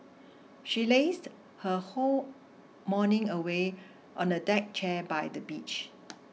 she lazed her whole morning away on a deck chair by the beach